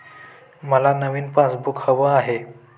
मला नवीन पासबुक हवं आहे